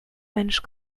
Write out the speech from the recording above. mensch